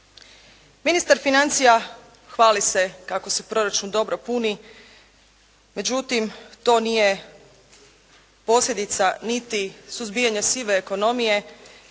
ministar financija hvali se kako se proračun dobro puni, međutim to nije posljedica niti suzbijanja sive ekonomije